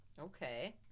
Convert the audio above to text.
Okay